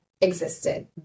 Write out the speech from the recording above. existed